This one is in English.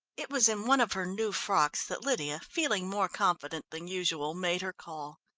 it was in one of her new frocks that lydia, feeling more confident than usual, made her call.